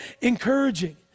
encouraging